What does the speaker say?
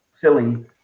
silly